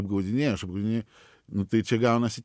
apgaudinėja aš apgaudinėju nu tai čia gaunasi